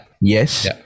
yes